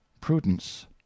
prudence